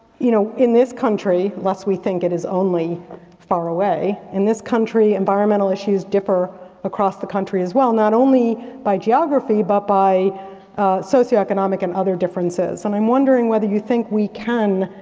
you know in this country, lest we think it is only far away, in this country environmental issues differ across the country as well, not only by geography but by socioeconomic and other differences. and i am wondering whether you think we can,